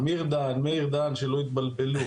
אמיר דהן, מאיר דהן שלא יתבלבלו,